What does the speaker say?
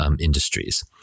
industries